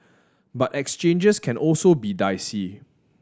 but exchanges can also be dicey